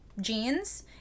jeans